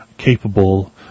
capable